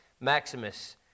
Maximus